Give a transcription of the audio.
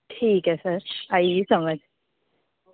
ठीक ऐ सर आई गेई समझ